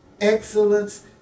excellence